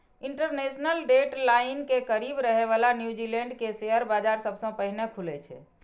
international date line के करीब रहै बला न्यूजीलैंड के शेयर बाजार सबसं पहिने खुलै छै